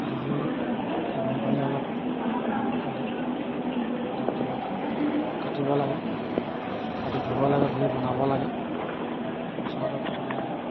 গতিকে গৰম পানীত অলপ ধুই পখালি কটা কুটি বা কাটিব লাগে কাটি ধুব লাগে ধুই বনাব লাগে মছলাটো খাব নালাগে